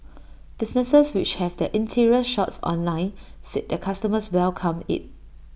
businesses which have their interior shots online said their customers welcome IT